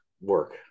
work